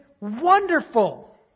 wonderful